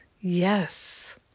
yes